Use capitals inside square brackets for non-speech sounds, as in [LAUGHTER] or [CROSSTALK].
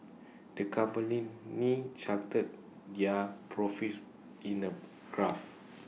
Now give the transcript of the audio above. the company [UNINTELLIGIBLE] charted their profits in A graph